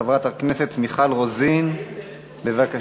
חברת הכנסת מיכל רוזין, בבקשה.